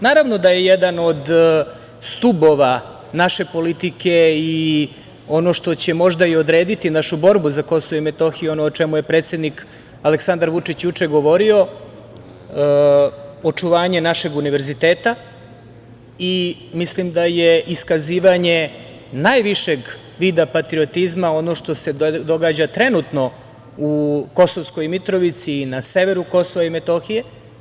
Naravno da je jedan od stubova naše politike i ono što će možda i odrediti našu borbu za KiM, ono o čemu je predsednik Aleksandar Vučić juče govorio, očuvanje našeg univerziteta i mislim da je iskazivanje najvišeg vida patriotizma ono što se događa trenutno u Kosovskoj Mitrovici i na severu KiM.